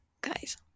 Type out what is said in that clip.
guys